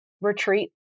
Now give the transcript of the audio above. retreat